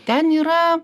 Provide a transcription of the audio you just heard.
ten yra